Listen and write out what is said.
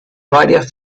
varias